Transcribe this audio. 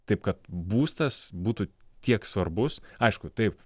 taip kad būstas būtų tiek svarbus aišku taip